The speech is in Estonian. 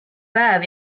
päev